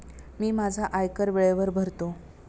मी माझा आयकर वेळेवर भरतो